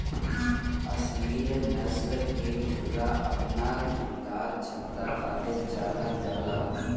असील नस्ल के मुर्गा अपना दमदार क्षमता खातिर जानल जाला